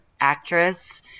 actress